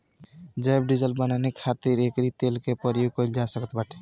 जैव डीजल बानवे खातिर एकरी तेल के प्रयोग कइल जा सकत बाटे